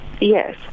Yes